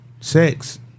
sex